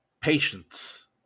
patience